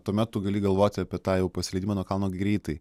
tuo met tu gali galvoti apie tą jau pasileidimą nuo kalno greitai